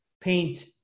paint